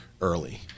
early